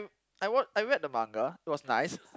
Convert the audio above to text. I wa~ I read the manga it was nice